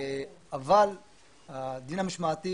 הדין המשמעתי